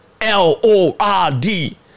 L-O-R-D